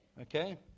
Okay